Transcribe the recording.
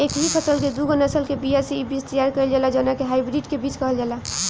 एकही फसल के दूगो नसल के बिया से इ बीज तैयार कईल जाला जवना के हाई ब्रीड के बीज कहल जाला